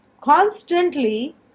constantly